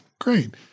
Great